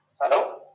hello